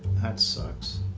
that sucks.